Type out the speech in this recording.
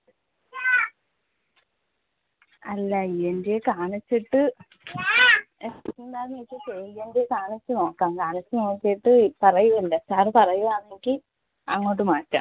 അല്ല E N ടിയെ കാണിച്ചിട്ട് എന്താണെന്ന് വെച്ചാൽ ഇ എൻ ടിയെ കാണിച്ച് നോക്കാം കാണിച്ച് നോക്കിയിട്ട് പറയുമല്ലോ സാർ പറയുവാണെങ്കിൽ അങ്ങോട്ട് മാറ്റാം